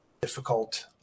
difficult